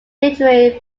literary